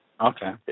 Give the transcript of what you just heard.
Okay